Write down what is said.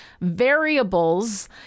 variables